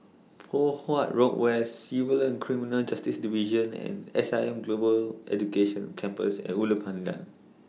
Poh Huat Road West Civil and Criminal Justice Division and S I M Global Education Campus At Ulu Pandan